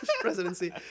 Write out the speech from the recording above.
presidency